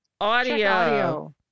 audio